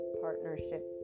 partnership